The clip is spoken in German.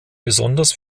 besonders